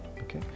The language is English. Okay